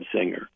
singer